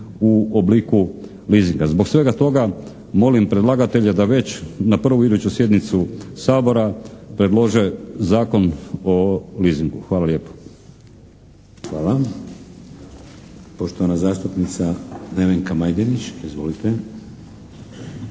u obliku leasinga. Zbog svega toga molim predlagatelja da već na prvu iduću sjednicu Sabora predlože Zakon o leasingu. Hvala lijepo. **Šeks, Vladimir (HDZ)** Hvala. Poštovana zastupnica Nevenka Majdenić. Izvolite!